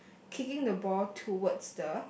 kicking the ball towards the